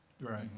Right